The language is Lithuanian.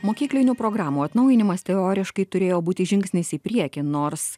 mokyklinių programų atnaujinimas teoriškai turėjo būti žingsnis į priekį nors